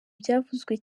byavuzwe